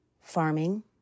farming